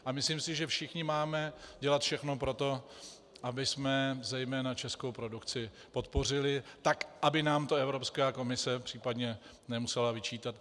A myslím si, že všichni máme dělat všechno pro to, abychom zejména českou produkci podpořili tak, aby nám to Evropská komise případně nemusela vyčítat.